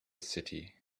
city